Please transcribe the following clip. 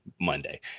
monday